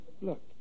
Look